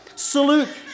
Salute